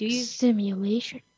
Simulation